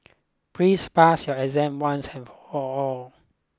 please pass your exam once and for all